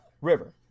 River